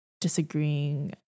disagreeing